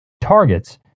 targets